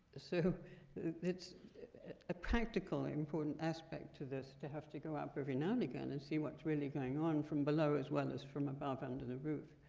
so it's a practical important aspect to this to have to go up every now and again and see what's really going on from below, as well as from above, under the roof.